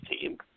team